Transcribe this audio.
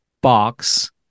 box